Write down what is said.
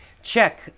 Check